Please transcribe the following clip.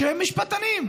שהם משפטנים.